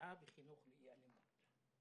בפשיעה בחינוך -אלימות.